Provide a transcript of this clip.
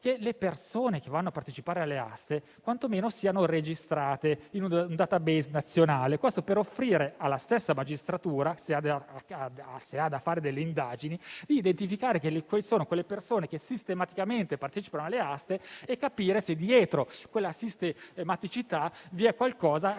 che le persone che partecipano alle aste quantomeno siano registrate in un *database* nazionale, per consentire alla stessa magistratura, se deve svolgere delle indagini, di identificare le persone che sistematicamente partecipano alle aste e capire se dietro quella sistematicità vi sia qualcosa che